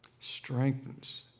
strengthens